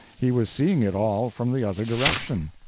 he was seeing it all from the other direction.